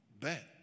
bet